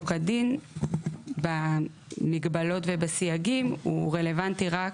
כדין במגבלות ובסייגים הוא רלוונטי רק